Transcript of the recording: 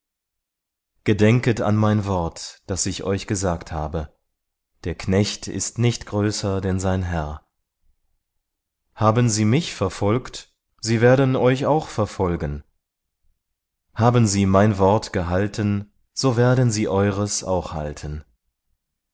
gedenket an mein wort das ich euch gesagt habe der knecht ist nicht größer denn sein herr haben sie mich verfolgt sie werden euch auch verfolgen haben sie mein wort gehalten so werden sie eures auch halten